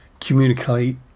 communicate